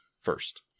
first